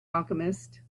alchemist